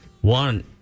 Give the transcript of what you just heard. One